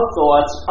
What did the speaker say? thoughts